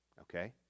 Okay